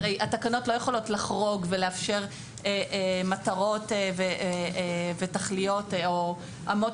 התקנות הרי לא יכולות לחרוג ולאפשר מטרות ותכליות או אמות